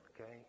Okay